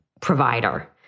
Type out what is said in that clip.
provider